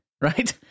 right